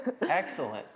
Excellent